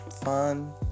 fun